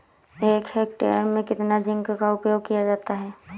एक हेक्टेयर में कितना जिंक का उपयोग किया जाता है?